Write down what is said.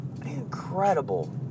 Incredible